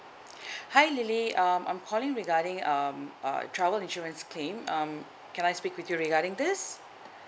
hi lily um I'm calling regarding um err travel insurance claim um can I speak with you regarding this